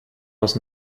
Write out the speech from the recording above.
aus